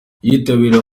yitabiriye